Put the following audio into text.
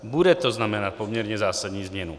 Bude to znamenat poměrně zásadní změnu.